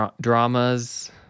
dramas